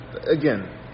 again